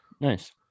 Nice